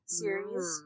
series